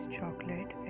Chocolate